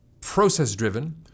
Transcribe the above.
process-driven